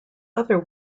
other